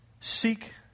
seek